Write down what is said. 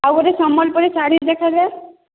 ଆଉ ଗୋଟିଏ ସମ୍ବଲପୁରି ଶାଢ଼ୀ ଦେଖାଇବେ